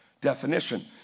definition